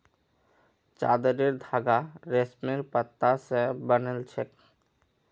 चादरेर धागा रेशमेर पत्ता स बनिल छेक